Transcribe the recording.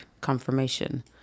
confirmation